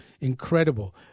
Incredible